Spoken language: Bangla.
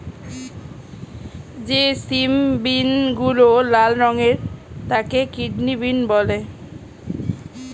যে সিম বিনগুলো লাল রঙের তাকে কিডনি বিন বলে